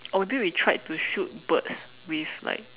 although we tried to shoot birds with like